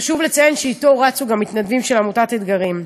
חשוב לציין שאתו רצו גם מתנדבים של עמותת "אתגרים".